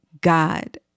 God